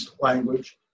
language